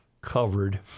covered